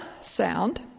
sound